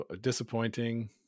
Disappointing